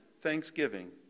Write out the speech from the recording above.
thanksgiving